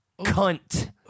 Cunt